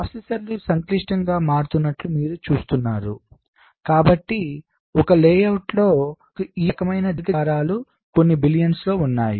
ప్రాసెసర్లు సంక్లిష్టంగా మారుతున్నట్లు మీరు చూస్తున్నారు కాబట్టి ఒక లేఅవుట్లో మనకు ఈ రకమైన దీర్ఘచతురస్రాకార ఆకారాలు కొన్ని బిలియన్స్ ఉన్నాయి